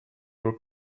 your